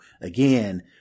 again